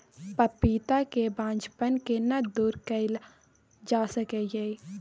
पपीता के बांझपन केना दूर कैल जा सकै ये?